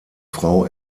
frau